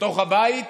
בתוך הבית,